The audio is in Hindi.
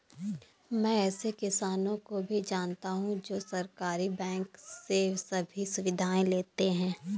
मैं ऐसे किसानो को भी जानता हूँ जो सहकारी बैंक से सभी सुविधाएं लेते है